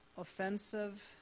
offensive